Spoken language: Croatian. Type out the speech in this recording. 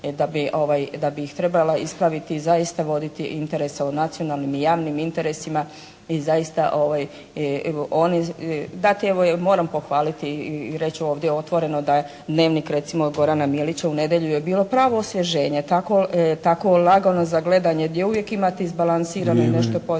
da bi ih trebala ispraviti i zaista voditi interese o nacionalnim i javnim interesima i zaista dati, i evo moram pohvaliti i reći ovdje otvoreno da je “Dnevnik“ recimo Gorana Milića u nedjelju je bilo pravo osvježenje. Tako lagano za gledanje gdje uvijek imate izbalansirano nešto pozitivno